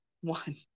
one